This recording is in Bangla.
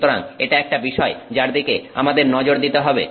সুতরাং এটা একটা বিষয় যার দিকে আমাদের নজর দিতে হবে